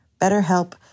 BetterHelp